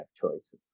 choices